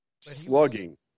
Slugging